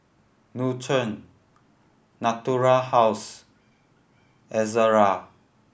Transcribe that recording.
Nutren Natura House Ezerra